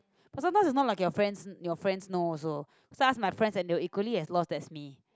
but sometimes is not like your friends your friends know also cause I also ask my friends and they were equally as lost as me